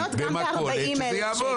יש מכונות גם ב-40,000 שקלים.